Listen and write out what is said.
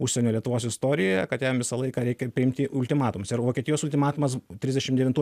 užsienio lietuvos istorijoje kad jam visą laiką reikia priimti ultimatumus ir vokietijos ultimatumas trisdešim devintų